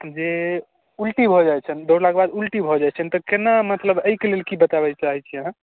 जे उल्टी भऽ जाइ छनि दौड़लाक बाद उल्टी भऽ जाइ छनि तऽ केना मतलब अइके लेल की बताबै लऽ चाहै छी अहाँ